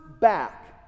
back